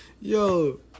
Yo